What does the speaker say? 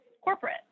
corporate